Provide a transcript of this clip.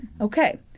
Okay